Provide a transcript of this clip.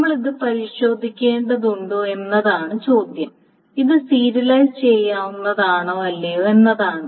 നമ്മൾ ഇത് പരിശോധിക്കേണ്ടതുണ്ടോ എന്നതാണു ചോദ്യം ഇത് സീരിയലൈസ് ചെയ്യാവുന്നതാണോ അല്ലയോ എന്നതാണ്